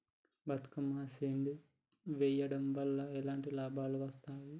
Bathukamma seed వెయ్యడం వల్ల ఎలాంటి లాభాలు వస్తాయి?